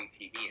TV